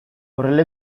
horrela